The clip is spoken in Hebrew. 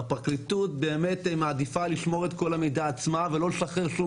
הפרקליטות באמת מעדיפה לשמור את כל המידע עצמה ולא לשחרר שום